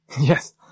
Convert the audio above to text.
Yes